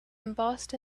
embossed